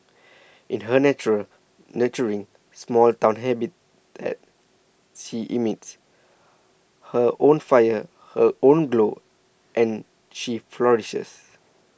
in her natural nurturing small town habitat she emits her own fire her own glow and she flourishes